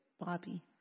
Bobby